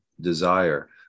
desire